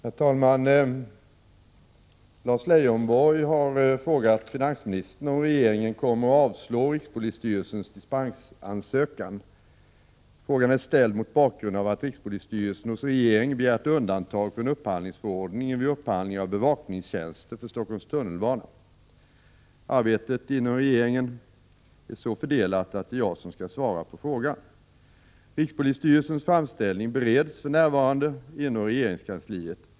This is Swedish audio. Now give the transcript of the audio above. Herr talman! Lars Leijonborg har frågat finansministern om regeringen kommer att avslå rikspolisstyrelsens dispensansökan. Frågan är ställd mot bakgrund av att rikspolisstyrelsen hos regeringen begärt undantag från upphandlingsförordningen vid upphandling av bevakningstjänster för Stockholms tunnelbana. Arbetet inom regeringen är så fördelat att det är jag som skall svara på frågan. Rikspolisstyrelsens framställning bereds för närvarande inom regeringskansliet.